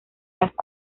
las